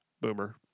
boomer